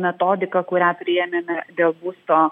metodiką kurią priėmėme dėl būsto